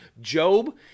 Job